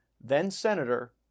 then-Senator